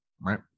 right